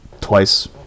twice